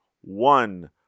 one